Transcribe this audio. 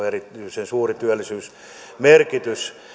erityisen suuri työllisyysmerkitys